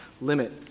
limit